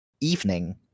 evening